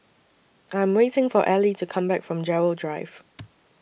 I Am waiting For Allie to Come Back from Gerald Drive